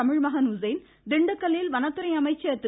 தமிழ்மகன் உசேன் திண்டுக்கல்லில் வனத்துறை அமைச்சர் திரு